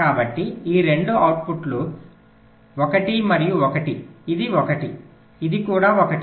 కాబట్టి ఈ రెండు అవుట్పుట్లు 1 మరియు 1 ఇది 1 ఇది కూడా 1